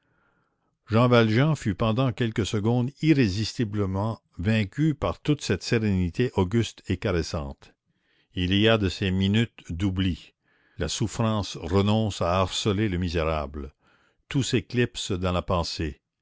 jean valjean fut pendant quelques secondes irrésistiblement vaincu par toute cette sérénité auguste et caressante il y a de ces minutes d'oubli la souffrance renonce à harceler le misérable tout s'éclipse dans la pensée